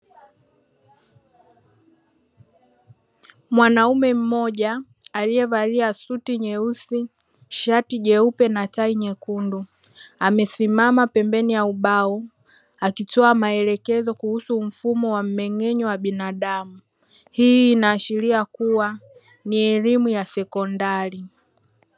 Mwanaume mmoja aliyevalia suti nyeusi, shati jeupe na tai nyekundu. Amesimama pembeni ya ubao akitoa maelekezo kuhusu mfumo wa mmeng’enyo wa binadamu, hii inaashiria kuwa ni elimu ya sekondari.